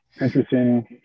Interesting